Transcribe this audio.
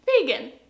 vegan